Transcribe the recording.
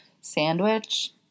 sandwich